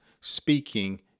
speaking